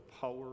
power